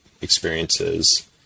experiences